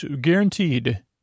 guaranteed